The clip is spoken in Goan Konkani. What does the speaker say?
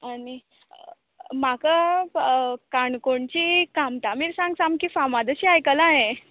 आनी म्हाका काणकोणची कामटा मिरसांग सामकी फामाद अशी आयकलां हांयें